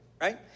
right